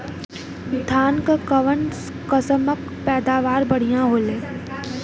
धान क कऊन कसमक पैदावार बढ़िया होले?